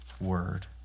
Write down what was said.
word